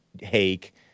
hake